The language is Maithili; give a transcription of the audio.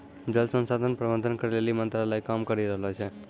जल संसाधन प्रबंधन करै लेली मंत्रालय काम करी रहलो छै